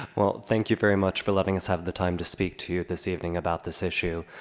well thank you very much for letting us have the time to speak to you this evening about this issue.